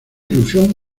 ilusión